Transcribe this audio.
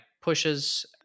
pushes